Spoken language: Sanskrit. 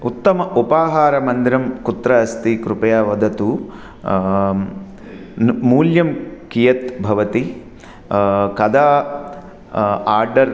उत्तम उपाहारमन्दिरं कुत्र अस्ति कृपया वदतु न मूल्यं कीयत् भवति कदा आर्डर्